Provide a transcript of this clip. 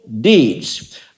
deeds